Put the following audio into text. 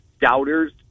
doubters